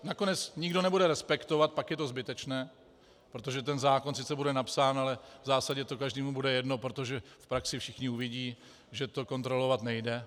Nakonec nikdo nebude respektovat, pak je to zbytečné, protože ten zákon sice bude napsán, ale v zásadě to každému bude jedno, protože v praxi všichni uvidí, že to kontrolovat nejde.